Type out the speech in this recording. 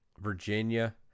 Virginia